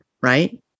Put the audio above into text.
right